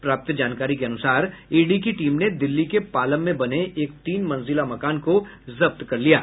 प्राप्त जानकारी के अनुसार ईडी की टीम ने दिल्ली के पालम में बने एक तीन मंजिला मकान को जब्त किया है